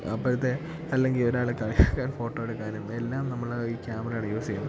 അപ്പോഴത്തെ അല്ലെങ്കിൽ ഒരാളെ കളിയാക്കാൻ ഫോട്ടോ എടുക്കാനും എല്ലാം നമ്മൾ ഈ ക്യാമറയാണ് യൂസ് ചെയ്യുന്നത്